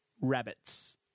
rabbits